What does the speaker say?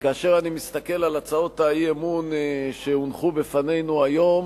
כאשר אני מסתכל על הצעות האי-אמון שהונחו בפנינו היום